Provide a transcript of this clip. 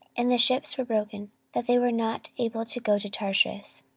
and the ships were broken, that they were not able to go to tarshish.